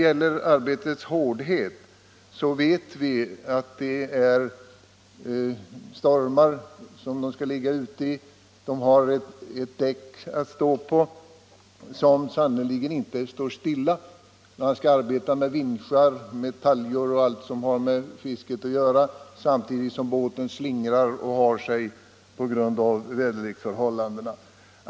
Vad arbetets hårdhet beträffar får ju fiskarna ligga ute på sjön i stormigt väder, de får stå på ett däck som sannerligen inte ligger stilla, de får arbeta med vinschar, taljor och allt som har med fisket att göra samtidigt som fartyget slingrar och har sig på grund av väderleksförhållandena.